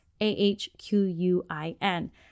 A-H-Q-U-I-N